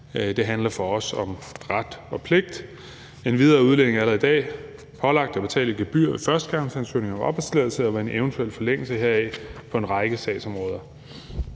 Det handler for os om ret og pligt. Endvidere er udlændinge allerede i dag pålagt at betale et gebyr ved førstegangsansøgninger om opholdstilladelse og ved en eventuel forlængelse heraf på en række sagsområder.